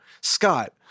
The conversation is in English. scott